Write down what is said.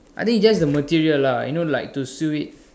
I think it's just the material lah you know like to sew it